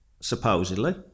supposedly